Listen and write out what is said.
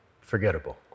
forgettable